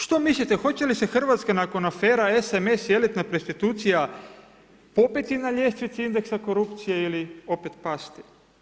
Što mislite hoće li se Hrvatska nakon afera SMS i elitna prostitucija popeti na ljestvicu indeksa korupcije ili opet pasti?